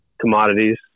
commodities